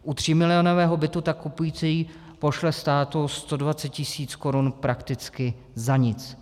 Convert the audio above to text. U třímilionového bytu tak kupující pošle státu 120 tisíc korun prakticky za nic.